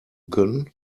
können